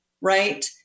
right